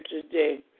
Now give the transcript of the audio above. today